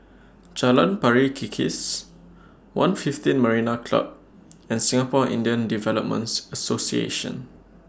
Jalan Pari Kikis one fifteen Marina Club and Singapore Indian Developments Association